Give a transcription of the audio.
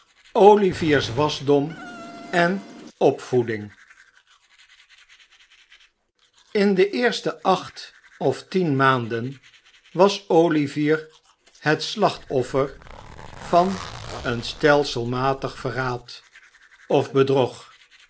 olivier's wasdom en opvoedino in de eerste acht of tien maanden was olivier het slachtoffer van een stelselmatig verraad of bedrog